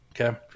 okay